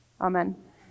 Amen